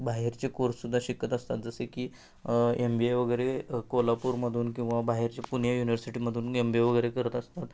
बाहेरचे कोर्ससुद्धा शिकत असतात जसे की एम बी ए वगैरे कोल्हापूरमधून किंवा बाहेरचे पुणे युनिवर्सिटीमधून एम बी ए वगैरे करत असतात